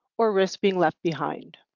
or risk being left behind.